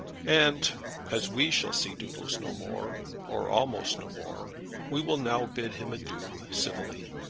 and as we shall see doodles no more or almost no more we will now bid him adieu civilly.